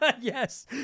Yes